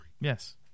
Yes